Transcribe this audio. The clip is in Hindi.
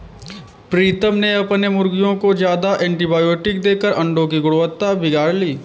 प्रीतम ने अपने मुर्गियों को ज्यादा एंटीबायोटिक देकर अंडो की गुणवत्ता बिगाड़ ली